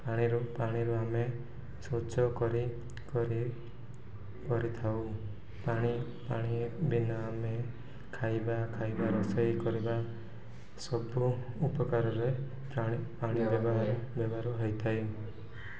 ପାଣିରୁ ପାଣିରୁ ଆମେ ସ୍ୱଚ୍ଛ କରି କରି କରିଥାଉ ପାଣି ପାଣି ବିନା ଆମେ ଖାଇବା ଖାଇବା ରୋଷେଇ କରିବା ସବୁ ଉପକାରରେ ପାଣି ପାଣି ବ୍ୟବହାର ବ୍ୟବହାର ହୋଇଇଥାଏ